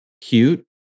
cute